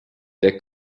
der